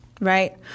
Right